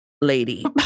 lady